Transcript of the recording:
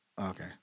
Okay